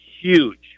Huge